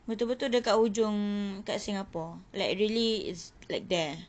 betul betul dekat hujung dekat singapore like really is like there